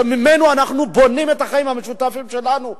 שממנו אנחנו בונים את החיים המשותפים שלנו,